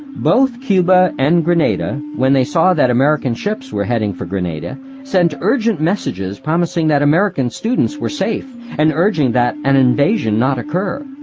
both cuba and grenada, when they saw that american ships were heading for grenada, sent urgent messages promising that american students were safe and urging that an invasion not occur.